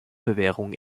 bewährung